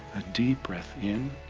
a deep breath in,